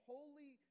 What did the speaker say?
Holy